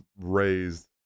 raised